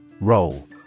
Roll